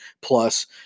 Plus